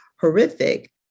horrific